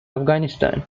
afghanistan